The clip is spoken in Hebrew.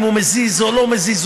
אם הוא מזיז או לא מזיז,